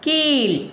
கீழ்